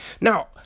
now